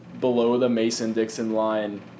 below-the-Mason-Dixon-line